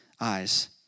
eyes